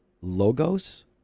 logos